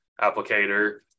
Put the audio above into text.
applicator